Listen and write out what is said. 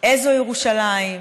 איזו ירושלים,